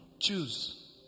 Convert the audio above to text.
Choose